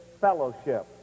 fellowship